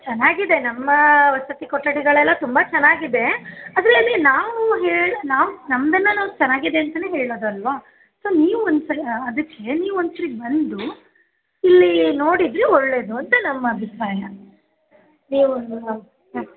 ಚೆನಾಗಿದೆ ನಮ್ಮ ವಸತಿ ಕೊಠಡಿಗಳೆಲ್ಲ ತುಂಬ ಚೆನಾಗಿದೆ ಅದರಲ್ಲಿ ನಾವು ಹೇಳಿ ನಾವು ನಮ್ಮದನ್ನ ನಾವು ಚೆನಾಗಿದೆ ಅಂತನೆ ಹೇಳೋದಲ್ಲವಾ ಸೊ ನೀವು ಒಂದು ಸರ್ತಿ ಅದಕ್ಕೆ ನೀವು ಒಂದು ಸರ್ತಿ ಬಂದು ಇಲ್ಲಿ ನೋಡಿದರೆ ಒಳ್ಲೆಯದು ಅಂತ ನಮ್ಮ ಅಭಿಪ್ರಾಯ ನೀವು